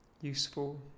Useful